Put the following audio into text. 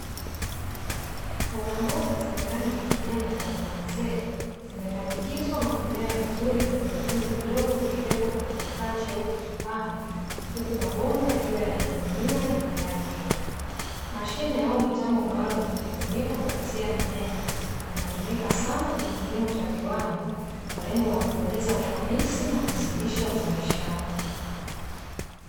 Mbogamboga zenye rangi ya kijani na damu ya mzee, zimepandikizwa na kumea vizuri kwenye vitundu vidogo vilivyoko kwenye kifaa cheupe kipana huku mabomba yakiwa yananing'inia juu yake. Mashine au mitambo maalumu inayotumika kukuzia mimea inatumika sana kwenye kilimo cha viwanda, kwa lengo la kuongeza ufanisi na kuzidisha uzalishaji.